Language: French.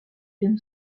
james